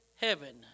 Heaven